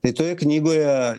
tai toje knygoje